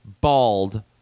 bald